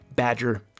Badger